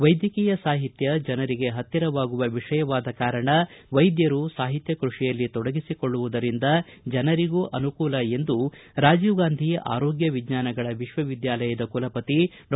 ವೈದ್ಯಕೀಯ ಸಾಹಿತ್ಯ ಜನರಿಗೆ ಹತ್ತಿರವಾಗುವ ವಿಷಯವಾದ ಕಾರಣ ವೈದ್ಯರು ಸಾಹಿತ್ಯ ಕೃಷಿಯಲ್ಲಿ ತೊಡಗಿಸಿಕೊಳ್ಳುವುದರಿಂದ ಜನರಿಗೂ ಅನುಕೂಲ ಎಂದು ರಾಜೀವ ಗಾಂಧಿ ಆರೋಗ್ಯ ವಿಜ್ಞಾನಗಳ ವಿಶ್ವವಿದ್ಯಾಲಯ ಕುಲಪತಿ ಡಾ